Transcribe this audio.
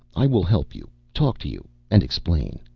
i will help you, talk to you and explain.